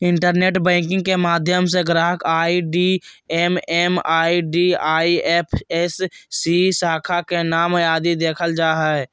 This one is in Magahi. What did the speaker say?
इंटरनेट बैंकिंग के माध्यम से ग्राहक आई.डी एम.एम.आई.डी, आई.एफ.एस.सी, शाखा के नाम आदि देखल जा हय